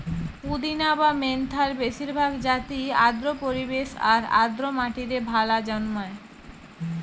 পুদিনা বা মেন্থার বেশিরভাগ জাতিই আর্দ্র পরিবেশ আর আর্দ্র মাটিরে ভালা জন্মায়